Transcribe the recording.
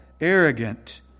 arrogant